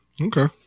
Okay